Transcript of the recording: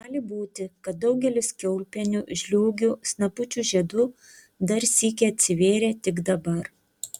gali būti kad daugelis kiaulpienių žliūgių snapučių žiedų dar sykį atsivėrė tik dabar